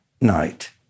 night